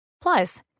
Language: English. Plus